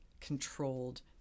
controlled